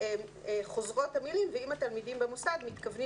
חוזרות המילים 'ואם התלמידים במוסד מתכוונים